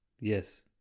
Yes